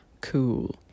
cool